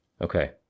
Okay